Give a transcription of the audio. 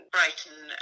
Brighton